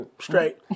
Straight